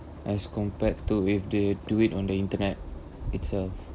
as compared to if they do it on the internet itself